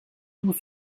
tout